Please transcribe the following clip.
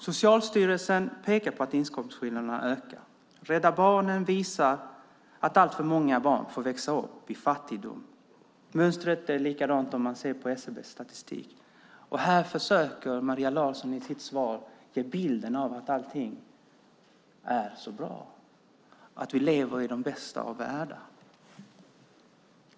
Socialstyrelsen pekar på att inkomstskillnaderna ökar. Rädda Barnen visar att alltför många barn får växa upp i fattigdom. Mönstret är likadant om man ser på SCB:s statistik. Men Maria Larsson försöker i sitt svar ge en bild av att allting är så bra och att vi lever i den bästa av världar.